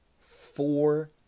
Four